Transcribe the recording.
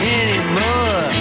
anymore